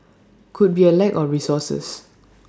could be A lack of resources